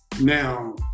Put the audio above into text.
now